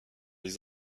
les